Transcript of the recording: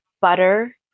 butter